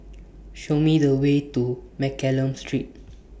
Show Me The Way to Mccallum Street